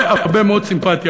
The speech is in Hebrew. הרבה, הרבה מאוד, סימפתיה.